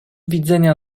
widzenia